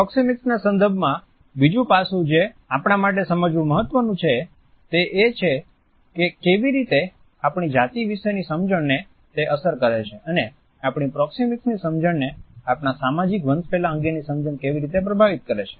પ્રોક્સિમિક્સના સંદર્ભમાં બીજું પાસું જે આપણા માટે સમજવું મહત્વનું છે તે એ છે કે કેવી રીતે આપણી જાતી વિશેની સમજણ ને તે અસર કરે છે અને આપણી પ્રોક્સિમિક્સની સમજણને આપણા સામાજીક વંશવેલા અંગેની સમજણ કેવી રીતે પ્રભાવિત કરે છે